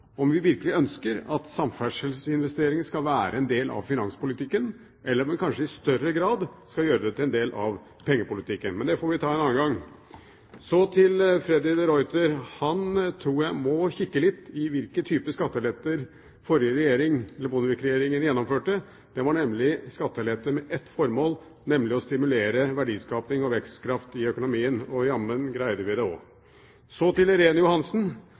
om vi virkelig ønsker at samferdselsinvesteringer skal være en del av finanspolitikken, eller om man kanskje i større grad skal gjøre den til en del av pengepolitikken. Men det får vi ta en annen gang. Så til Freddy de Ruiter. Jeg tror han må kikke litt på hvilke typer skatteletter Bondevik-regjeringen gjennomførte. Det var nemlig skattelette med ett formål, nemlig å stimulere verdiskaping og vekstkraft i økonomien – og jammen greide vi det også. Så til Irene Johansen,